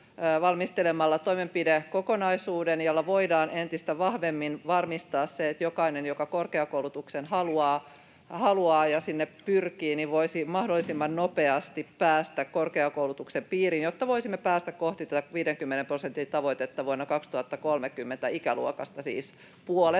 valmistelemalla toimenpidekokonaisuuden, jolla voidaan entistä vahvemmin varmistaa, että jokainen, joka korkeakoulutuksen haluaa ja sinne pyrkii, voisi mahdollisimman nopeasti päästä korkeakoulutuksen piiriin, jotta voisimme päästä kohti 50 prosentin tavoitetta vuonna 2030 — ikäluokasta siis